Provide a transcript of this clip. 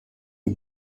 the